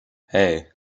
hey